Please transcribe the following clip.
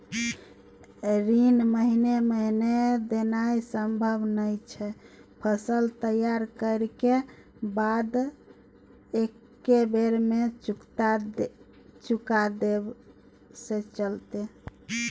ऋण महीने महीने देनाय सम्भव नय छै, फसल तैयार करै के बाद एक्कै बेर में चुका देब से चलते?